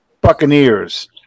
Buccaneers